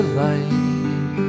light